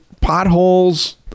potholes